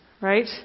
right